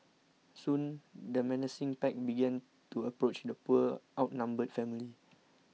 soon the menacing pack began to approach the poor outnumbered family